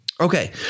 Okay